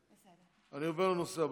אני עובר לנושא הבא,